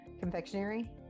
confectionery